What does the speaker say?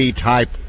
type